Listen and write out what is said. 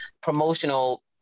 promotional